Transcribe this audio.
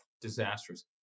Disastrous